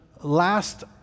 last